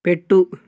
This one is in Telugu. పెట్టు